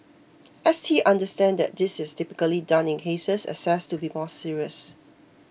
S T understands that this is typically done in cases assessed to be more serious